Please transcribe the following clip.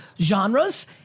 genres